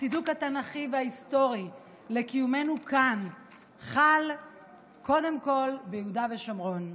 הצידוק התנ"כי וההיסטורי לקיומנו כאן חל קודם כול ביהודה ושומרון.